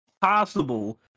possible